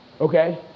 Okay